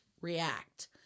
react